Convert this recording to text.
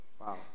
Wow